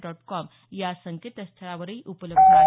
dot com या संकेतस्थळावरही उपलब्ध आहे